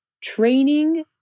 training